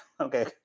okay